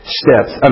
steps